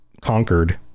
conquered